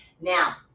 Now